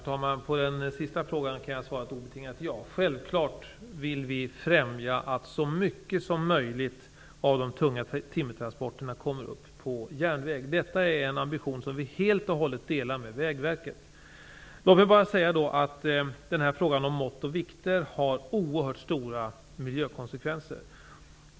Herr talman! På den sista frågan kan jag svara ett obetingat ja. Självfallet vill vi främja att så mycket som möjligt av de tunga timmertransporterna går på järnväg. Detta är en ambition som vi helt och hållet delar med Vägverket. Låt mig bara säga att frågan om mått och vikt har oerhört stora miljökonsekvenser.